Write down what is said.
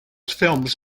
films